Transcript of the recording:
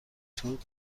توپ